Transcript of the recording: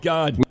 God